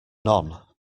none